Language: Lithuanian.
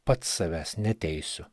pats savęs neteisiu